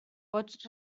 pots